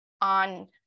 on